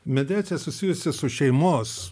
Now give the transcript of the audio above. mediacija susijusi su šeimos